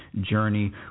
journey